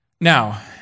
Now